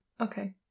Okay